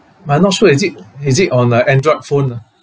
but I'm not sure is it is it on a android phone ah